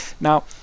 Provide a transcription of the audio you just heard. Now